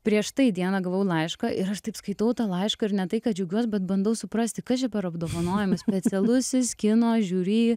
prieš tai dieną gavau laišką ir aš taip skaitau tą laišką ir ne tai kad džiaugiuos bet bandau suprasti kas čia per apdovanojimas specialusis kino žiūrį